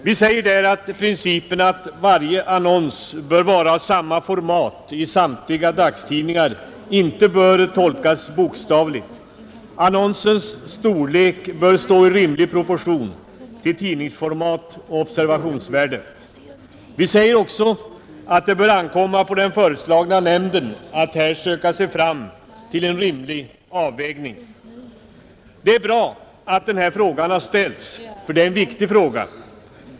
Vi säger där att principen att varje annons bör vara av samma format i samtliga dagstidningar inte bör tolkas bokstavligt. Annonsens storlek bör stå i rimlig proportion till tidningsformat och observationsvärde. Vi säger också att det bör ankomma på den föreslagna nämnden att här söka sig fram till en rimlig avvägning. Det är bra att denna fråga har tagits upp, ty det är en viktig fråga.